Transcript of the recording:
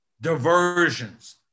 diversions